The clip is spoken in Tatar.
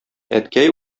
әткәй